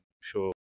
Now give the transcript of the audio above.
sure